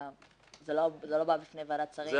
זה לא בא לפני ועדת השרים,